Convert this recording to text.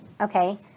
okay